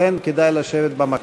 לכן כדאי לשבת במקום.